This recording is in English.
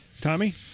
Tommy